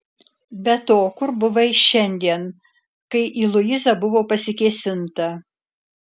be to kur buvai šiandien kai į luizą buvo pasikėsinta